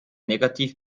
negativ